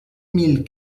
mille